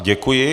Děkuji.